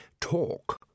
talk